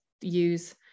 use